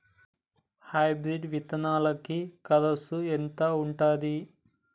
Hybrid విత్తనాలకి కరుసు ఎంత ఉంటది?